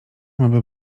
mamy